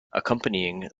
accompanying